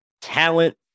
talent